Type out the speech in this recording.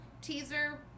teaser